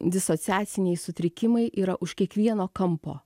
disociaciniai sutrikimai yra už kiekvieno kampo